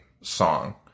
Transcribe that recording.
song